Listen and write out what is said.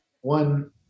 one